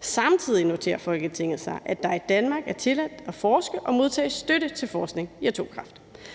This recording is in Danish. Samtidig noterer Folketinget sig, at det i Danmark er tilladt at forske i og modtage støtte til forskning i atomkraft.